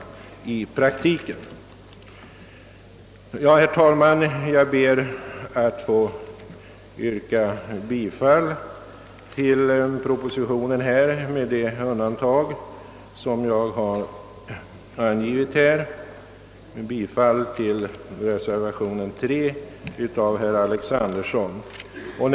Herr talman! Jag ber att få yrka bifall till propositionen med de undantag jag här angivit, d.v.s. bifall till reservation III av herr Alexanderson m.fl.